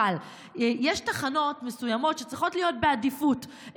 אבל יש תחנות מסוימות שצריכות להיות בעדיפות,